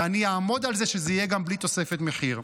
ואני אעמוד על זה שזה גם יהיה בלי תוספת מחיר.